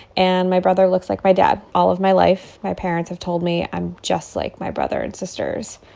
and my brother looks like my dad. all of my life, my parents have told me i'm just like my brother and sisters.